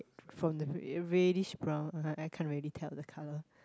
from the re~ reddish brown uh I can't really tell the colour